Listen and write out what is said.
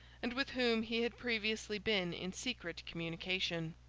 and with whom he had previously been in secret communication.